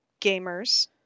gamers